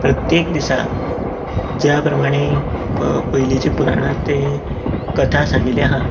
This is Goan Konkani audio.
प्रत्येक दिसा ज्या प्रमाणे पयलीच्या पुराणांत ते कथा सांगिल्ली आहा